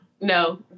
No